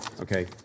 okay